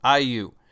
IU